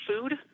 food